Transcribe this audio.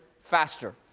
faster